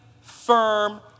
firm